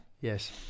yes